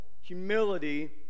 humility